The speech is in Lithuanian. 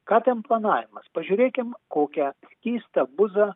ką ten planavimas pažiūrėkim kokią skystą buzą